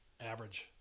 average